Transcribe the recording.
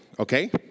Okay